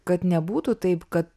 kad nebūtų taip kad